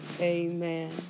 Amen